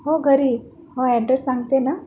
हो घरी हो ॲड्रेस सांगते ना